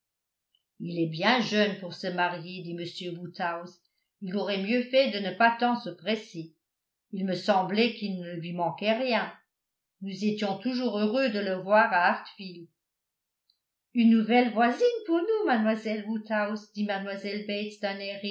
il est bien jeune pour se marier dit m woodhouse il aurait mieux fait de ne pas tant se presser il me semblait qu'il ne lui manquait rien nous étions toujours heureux de le voir à hartfield une nouvelle voisine pour nous